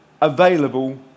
available